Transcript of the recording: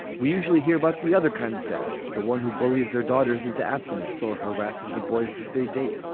we usually hear about the other kind of dad, the one who bullies their daughters into abstinence or harasses the boys that they date.